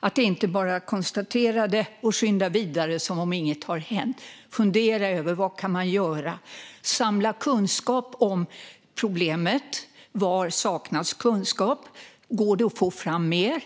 att då inte bara konstatera det och skynda vidare som om inget har hänt. Fundera över vad man kan göra. Samla kunskap om problemet. Var saknas kunskap? Går det att få fram mer?